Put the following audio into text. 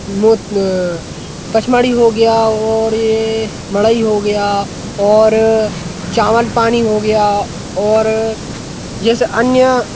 मोत पचमढ़ी हो गया और ये मड़ई हो गया और चावलपानी हो गया और जैसे अन्य